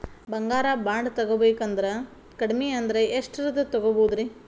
ಬಂಗಾರ ಬಾಂಡ್ ತೊಗೋಬೇಕಂದ್ರ ಕಡಮಿ ಅಂದ್ರ ಎಷ್ಟರದ್ ತೊಗೊಬೋದ್ರಿ?